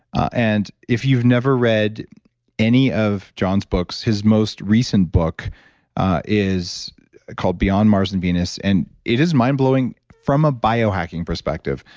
and if you've never read any of john's books, his most recent book is called beyond mars and venus. and it is mind blowing from a biohacking perspective.